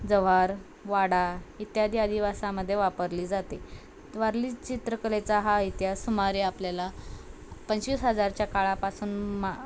जवार वाडा इत्यादी आदिवासामध्ये वापरली जाते वारली चित्रकलेचा हा इतिहास सुमारे आपल्याला पंचवीस हजारच्या काळापासून मा